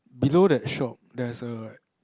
below that shop there's a